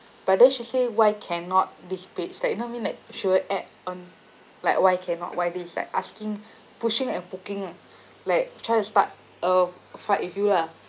but then she say why cannot this page like you know what I mean like she will act um like why cannot why this like asking pushing and poking like try to start a fight with you lah